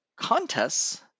contests